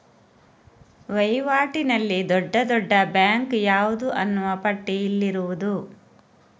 ವೈವಾಟಿನಲ್ಲಿ ದೊಡ್ಡ ದೊಡ್ಡ ಬ್ಯಾಂಕು ಯಾವುದು ಅನ್ನುವ ಪಟ್ಟಿ ಇಲ್ಲಿರುವುದು